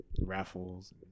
Raffles